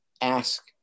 ask